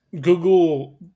Google